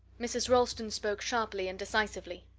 mrs. ralston spoke sharply and decisively.